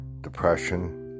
depression